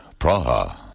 Praha